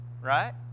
Right